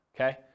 okay